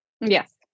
Yes